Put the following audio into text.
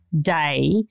day